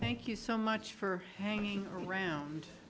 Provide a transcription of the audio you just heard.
thank you so much for hanging around